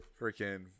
freaking